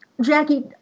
Jackie